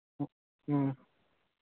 ᱦᱩᱸ